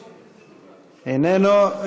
איננו.